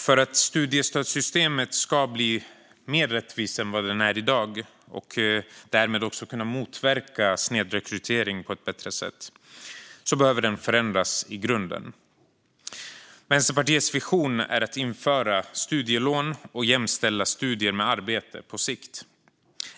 För att studiestödssystemet ska bli mer rättvist än det är i dag och därmed kunna motverka snedrekrytering på ett bättre sätt behöver det förändras i grunden. Vänsterpartiets vision är att på sikt införa studielön och jämställa studier med arbete.